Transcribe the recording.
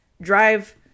drive